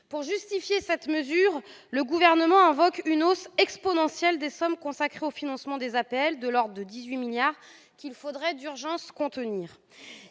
Pour justifier cette mesure, le Gouvernement invoque une hausse exponentielle des sommes consacrées au financement des APL, à hauteur de 18 milliards d'euros, qu'il faudrait d'urgence contenir.